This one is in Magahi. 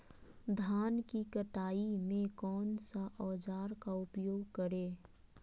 धान की कटाई में कौन सा औजार का उपयोग करे?